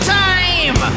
time